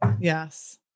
Yes